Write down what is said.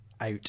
out